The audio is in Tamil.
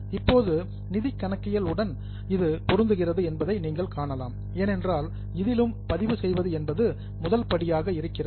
இப்போது நிதி கணக்கியல் உடன் இது பொருந்துகிறது என்பதை நீங்கள் காணலாம் ஏனென்றால் இதிலும் பதிவு செய்வது என்பது முதல் படியாக இருக்கிறது